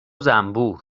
زنبور